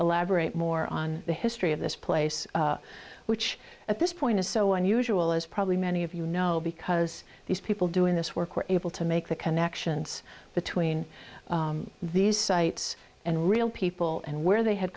elaborate more on the history of this place which at this point is so unusual as probably many of you know because these people doing this work were able to make the connections between these sites and real people and where they had